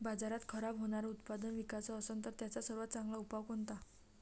बाजारात खराब होनारं उत्पादन विकाच असन तर त्याचा सर्वात चांगला उपाव कोनता?